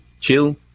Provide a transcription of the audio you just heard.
chill